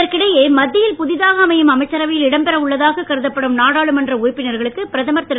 இதற்கிடையே மத்தியில் புதிதாக அமையும் அமைச்சரவையில் இடம் பெற உள்ளதாக கருதப்படும் நாடாளுமன்ற உறுப்பினர்களுக்கு பிரதமர் திரு